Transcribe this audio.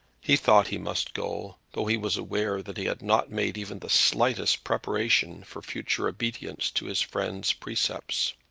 he thought he must go, though he was aware that he had not made even the slightest preparation for future obedience to his friend's precepts.